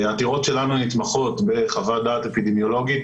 העתירות שלנו נתמכות בחוות דעת אפידמיולוגית